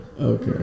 Okay